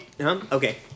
Okay